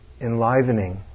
enlivening